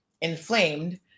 inflamed